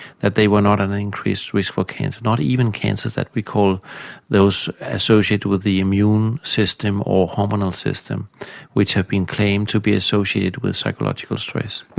that they were not at an increased risk for cancer, not even cancers that we call those associated with the immune system or hormonal system which have been claimed to be associated with psychological stress.